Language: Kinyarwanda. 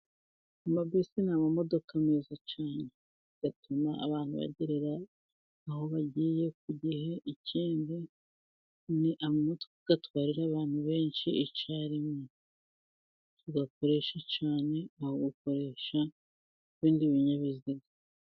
Amabisi ni amamodoka meza cyane. Bigatuma abantu bagerera aho bagiye ku gihe. Ikindi ni amamodoka atwarira abantu benshi icyarimwe. Tuyakoresha cyane aho gukoresha ibibindi binyabiziga.